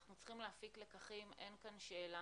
אנחנו צריכים להפיק לקחים, אין כאן שאלה